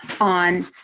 on